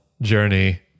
journey